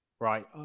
Right